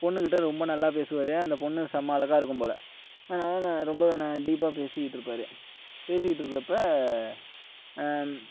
பொண்ணுகிட்ட ரொம்ப நல்லா பேசுவார் அந்த பொண்ணு செம்ம அழகாக இருக்கும் போல அதனால் ரொம்ப டீப்பாக பேசிகிட்டிருப்பாரு பேசிக்கிட்ருக்கிறப்ப